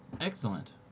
excellent